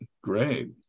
great